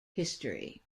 history